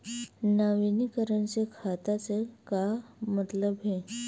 नवीनीकरण से खाता से का मतलब हे?